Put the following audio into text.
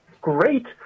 great